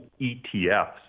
ETFs